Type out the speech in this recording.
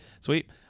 Sweet